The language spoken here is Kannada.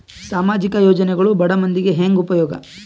ಸಾಮಾಜಿಕ ಯೋಜನೆಗಳು ಬಡ ಮಂದಿಗೆ ಹೆಂಗ್ ಉಪಯೋಗ?